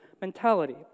mentality